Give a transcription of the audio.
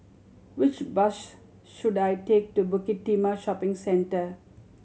which bus should I take to Bukit Timah Shopping Centre